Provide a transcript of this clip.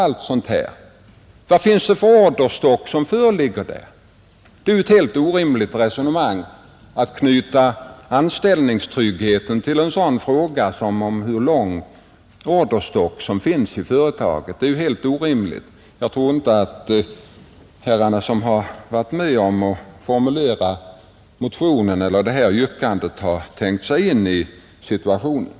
Det är ett alldeles orimligt resonemang att knyta anställningstryggheten till frågan om vilken orderstock företagen har. Jag tror inte att de som varit med om att formulera yrkandet har tänkt sig in i situationen.